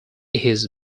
his